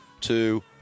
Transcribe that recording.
two